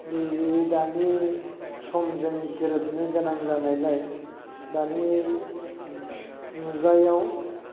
नै दानि समजों गोरोबनो गोनां जानायलाय दानि मुगायाव